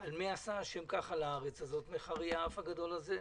שעל מי עשה השם כך על הארץ הזאת וחרי האף הגדול הזה,